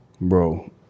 Bro